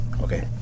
Okay